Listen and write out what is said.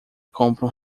compram